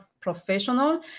professional